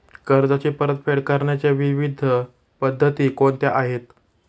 कर्जाची परतफेड करण्याच्या विविध पद्धती कोणत्या आहेत?